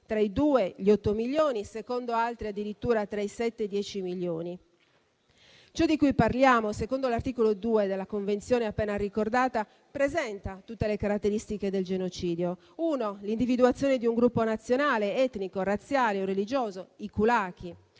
tra i 2 e gli 8 milioni, mentre secondo altre addirittura tra i 7 e i 10 milioni. Ciò di cui parliamo, secondo l'articolo 2 della Convenzione appena ricordata, presenta tutte le caratteristiche del genocidio, a cominciare dall'individuazione di un gruppo nazionale, etnico razziale o religioso, i *kulaki*;